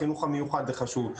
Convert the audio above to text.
החינוך המיוחד הוא חשוב,